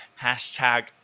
Hashtag